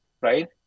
right